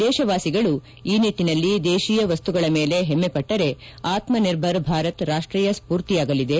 ದೇಶವಾಸಿಗಳು ಈ ನಿಟ್ಟಿನಲ್ಲಿ ದೇಶಿಯ ವಸ್ತುಗಳ ಮೇಲೆ ಹೆಮ್ಮೆಪಟ್ಸರೆ ಆತ್ಮನಿರ್ಭರ್ ಭಾರತ್ ರಾಷ್ಟೀಯ ಸ್ಪೂರ್ತಿಯಾಗಲಿದೆ